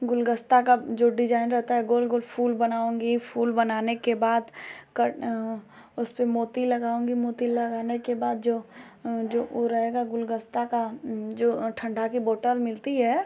गूलगस्ता का जो डिज़ाइन रहता है गोल गोल फूल बनाऊँगी फूल बनाने के बाद कर उसपर मोती लगाऊँगी मोती लगाने के बाद जो जो वह रहेगा गुलगस्ता का जो ठण्डा की बोतल मिलती है